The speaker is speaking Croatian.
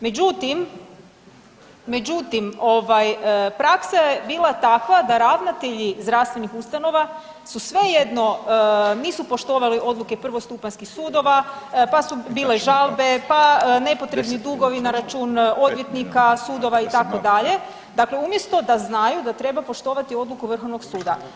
Međutim, praksa je bila takva da ravnatelji zdravstvenih ustanova su svejedno nisu poštovali odluke prvostupanjskih sudova, pa su bile žalbe, pa nepotrebni dugovi na račun odvjetnika, sudova itd., dakle umjesto da znaju da treba poštovati odluku Vrhovnog suda.